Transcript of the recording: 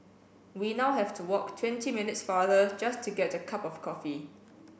we now have to walk twenty minutes farther just to get a cup of coffee